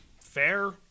Fair